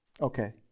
Okay